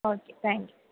okay thank you